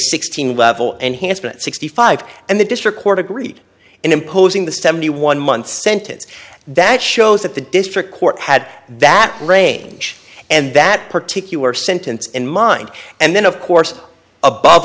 sixteen level and he has been sixty five and the district court agreed in imposing the seventy one month sentence that shows that the district court had that range and that particular sentence in mind and then of course above